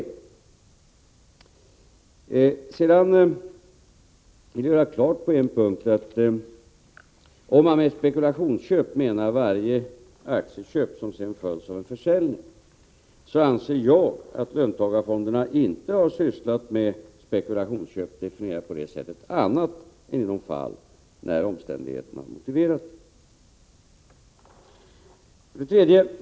För det andra: Jag vill göra klart att om man med ett spekulationsköp menar varje aktieköp som sedan följs av en försäljning, anser jag att löntagarfonderna inte har sysslat med spekulationsköp, definierat på det sättet, annat än i de fall när omständigheterna har motiverat det.